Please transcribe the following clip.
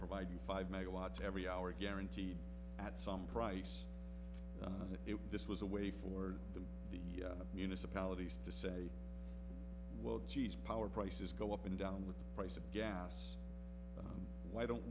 provide you five megawatts every hour guaranteed at some price if this was a way for them the municipalities to say well geez power prices go up and down with the price of gas why don't